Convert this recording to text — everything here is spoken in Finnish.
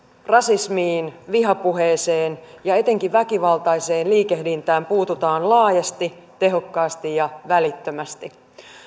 rasismiin vihapuheeseen ja etenkin väkivaltaiseen liikehdintään puututaan laajasti tehokkaasti ja välittömästi